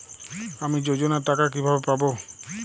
আমি যোজনার টাকা কিভাবে পাবো?